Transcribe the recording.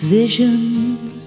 visions